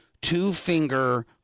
two-finger